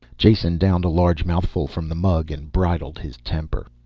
jason downed a large mouthful from the mug and bridled his temper.